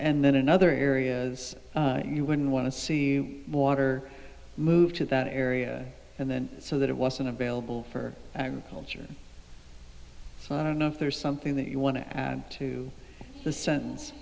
and then another areas you wouldn't want to see water move to that area and then so that it wasn't available for agriculture so i don't know if there's something that you want to add to the sentence